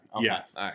Yes